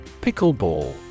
Pickleball